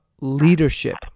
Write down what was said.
Leadership